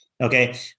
Okay